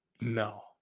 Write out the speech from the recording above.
no